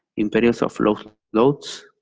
in periods of low loads,